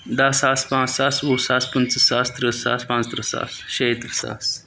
دَہ ساس پانٛژھ ساس وُہ ساس پٕنٛژٕ ساس تٕرٛہ ساس پانٛژتٕرٛہ ساس شیہِ تٕرٛہ ساس